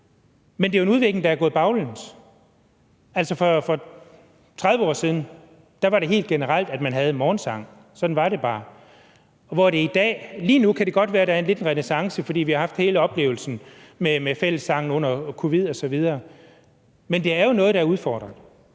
Men det er jo en udvikling, der er gået baglæns. Altså, for 30 år siden var det helt generelt, at man havde morgensang – sådan var det bare. Lige nu kan det godt være, at det har fået en renæssance, fordi vi har haft oplevelsen med fællessang under covid-19 osv., men det er jo noget, der er udfordret.